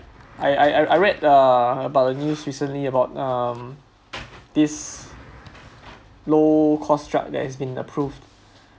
yup I I I read the uh about the news recently about um this low cost drug that has been approved